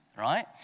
right